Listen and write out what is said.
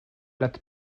let